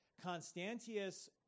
Constantius